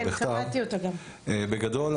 בגדול,